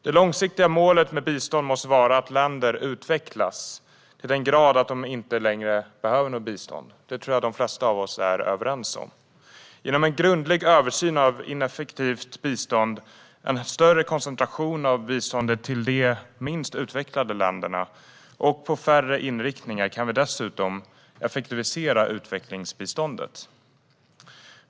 Det långsiktiga målet med bistånd måste vara att länder utvecklas till den grad att de inte längre behöver något bistånd. Det tror jag att de flesta av oss är överens om. Genom en grundlig översyn av ineffektivt bistånd, en större koncentration av biståndet till de minst utvecklade länderna och på färre inriktningar kan vi dessutom effektivisera utvecklingsbiståndet.